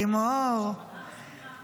לימור